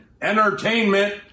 Entertainment